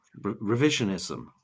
revisionism